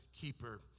keeper